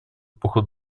эпоху